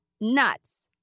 nuts